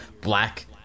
black